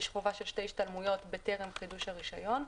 יש חובה של שתי השתלמויות בטרם חידוש הרישיון.